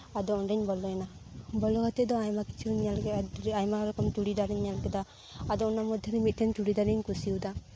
ᱟᱫᱚ ᱚᱸᱰᱮᱧ ᱵᱚᱞᱚᱭᱮᱱᱟ ᱵᱚᱞᱚ ᱠᱟᱛᱮᱫ ᱫᱚ ᱟᱭᱢᱟ ᱠᱤᱪᱷᱩᱧ ᱧᱮᱞ ᱠᱮᱫᱟ ᱟᱭᱢᱟ ᱨᱚᱠᱚᱢ ᱪᱩᱲᱤᱫᱟᱨᱤᱧ ᱧᱮᱞ ᱠᱮᱫᱟ ᱟᱫᱚ ᱚᱱᱟ ᱢᱚᱫᱽᱫᱷᱮᱨᱮ ᱢᱤᱫᱴᱮᱱ ᱪᱩᱲᱤᱫᱟᱨᱤᱧ ᱠᱩᱥᱤᱭᱟᱫᱟ